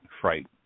fright